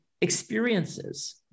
experiences